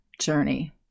journey